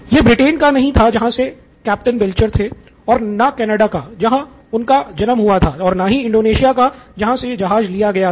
यह ब्रिटेन का नहीं था जहां से कैप्टन बेल्चर थे और न कनाडा का जहां उनका जन्म हुआ था ना ही इंडोनेशिया का जहां से यह जहाज लिया गया था